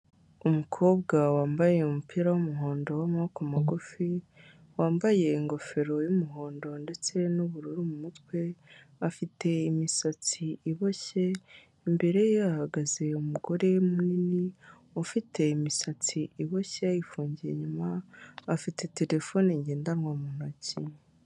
Umukobwa wambaye umupira w'umuhondo w'amaboko magufi, wambaye ingofero y'umuhondo ndetse n'ubururu mu mutwe, afite imisatsi iboshye, imbere ye hahagaze umugore munini ufite imisatsi iboshye yayifungiye inyuma, afite terefone ngendanwa mu ntoki.